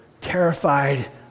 terrified